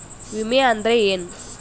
ವಿಮೆ ಅಂದ್ರೆ ಏನ?